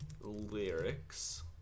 lyrics